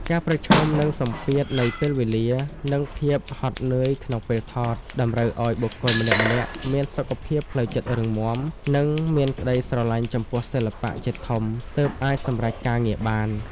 ការប្រឈមនឹងសម្ពាធនៃពេលវេលា និងភាពហត់នឿយក្នុងពេលថត តម្រូវឱ្យបុគ្គលម្នាក់ៗមានសុខភាពផ្លូវចិត្តរឹងមាំ និងមានក្ដីស្រឡាញ់ចំពោះសិល្បៈជាធំទើបអាចសម្រេចការងារបាន។